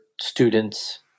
students